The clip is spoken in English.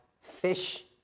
fish